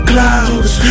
Clouds